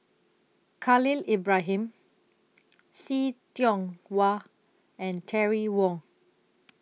Khalil Ibrahim See Tiong Wah and Terry Wong